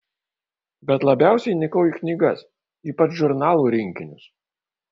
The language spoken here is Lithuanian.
bet labiausiai įnikau į knygas ypač žurnalų rinkinius